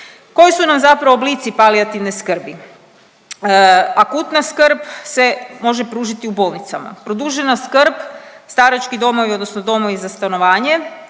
Koji su nam zapravo oblici palijativne skrbi? Akutna skrb se može pružiti u bolnicama. Produžena skrb, starački domovi odnosno domovi za stanovanje,